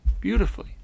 beautifully